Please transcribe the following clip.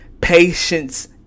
patience